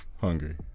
hungry